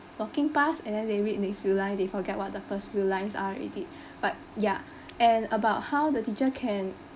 walking pass and then they read next few lines they forget what the first few lines are already but ya and about how the teacher can